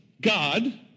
God